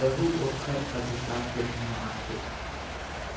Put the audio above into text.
यहू ओखर अधिकार छेत्र म आथे